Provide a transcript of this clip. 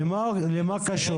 למה הוא קשור?